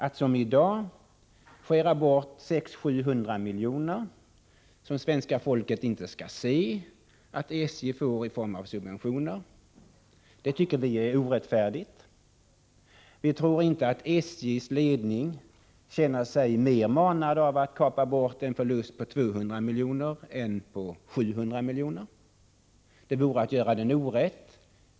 Att som i dag skära bort 600-700 milj.kr., som inte svenska folket skall se att SJ får i form av subventioner, tycker vi är orättfärdigt. Vi tror inte att SJ:s ledning känner sig mer manad att kapa bort en förlust på 200 milj.kr. än en på 700 miljoner. Det vore att göra den orätt att tro det.